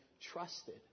trusted